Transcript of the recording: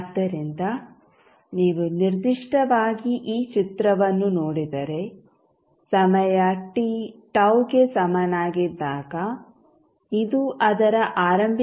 ಆದ್ದರಿಂದ ನೀವು ನಿರ್ದಿಷ್ಟವಾಗಿ ಈ ಚಿತ್ರವನ್ನು ನೋಡಿದರೆ ಸಮಯ ಟಿ ಟೌಗೆ ಸಮನಾಗಿದ್ದಾಗ ಇದು ಅದರ ಆರಂಭಿಕ ಮೌಲ್ಯದ 36